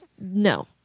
No